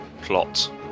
plot